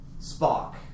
Spock